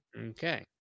Okay